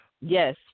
Yes